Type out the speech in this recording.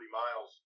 miles